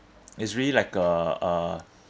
is really like a uh